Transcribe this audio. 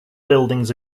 buildings